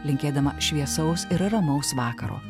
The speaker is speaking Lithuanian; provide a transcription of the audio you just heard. linkėdama šviesaus ir ramaus vakaro